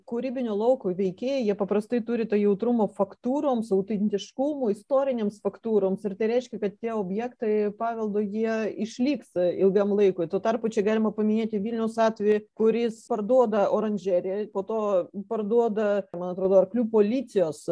kūrybinio lauko veikėjai jie paprastai turi to jautrumo faktūroms autentiškumui istorinėms faktūroms ir tai reiškia kad tie objektai paveldo jie išliks ilgam laikui tuo tarpu čia galima paminėti vilniaus atvejį kuris parduoda oranžeriją po to parduoda man atrodo arklių policijos